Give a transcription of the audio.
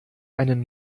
einen